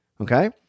Okay